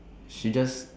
she just